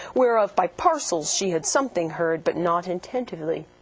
whereof by parcels she had something heard, but not intentively.